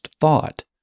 thought